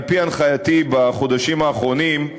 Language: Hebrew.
על-פי הנחייתי בחודשים האחרונים,